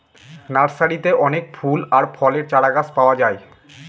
নার্সারিতে অনেক ফুল আর ফলের চারাগাছ পাওয়া যায়